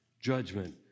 Judgment